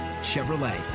Chevrolet